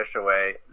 away